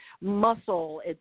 muscle